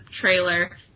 trailer